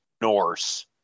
Norse